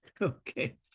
okay